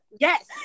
yes